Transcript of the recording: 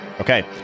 Okay